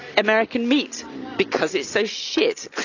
american meat because it's so shit.